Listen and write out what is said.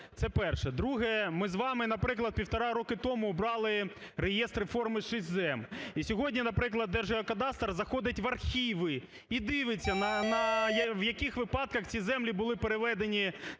Друге. Ми з вами, наприклад, півтора роки тому брали реєстр форми 6-зем. І сьогодні, наприклад, Держгеокадастр заходить в архіви і дивиться, в яких випадках ці землі були переведені